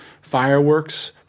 Fireworks